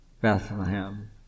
Bethlehem